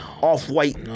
off-white